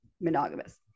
monogamous